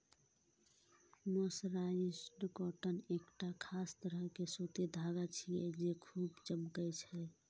mercerised cotton एकटा खास तरह के सूती धागा छियै, जे खूब चमकै छै